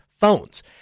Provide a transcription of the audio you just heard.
phones